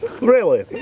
really,